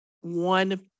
one